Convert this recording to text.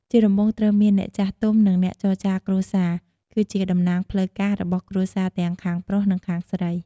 ជាដំបូងត្រូវមាន អ្នកចាស់ទុំ និងអ្នកចរចារគ្រួសារ គឺជាតំណាងផ្លូវការរបស់គ្រួសារ ទាំងខាងប្រុស និងខាងស្រី។